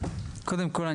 קודם כול,